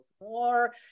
more